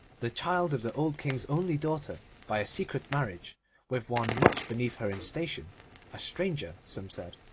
the child of the old king's only daughter by a secret marriage with one much beneath her in station a stranger, some said,